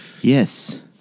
Yes